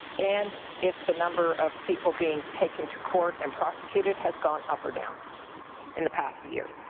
and if the number of people being taken to court and prosecuted has gone up or down in the past year?